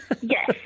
Yes